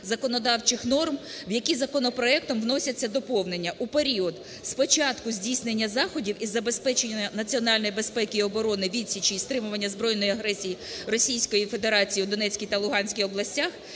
законодавчих норм, в які законопроектом вносяться доповнення у період з початку здійснення заходів із забезпечення національної безпеки, і оборони, відсічі і стримування збройної агресії Російської Федерації у Донецькій та Луганській областях